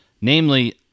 namely